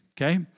Okay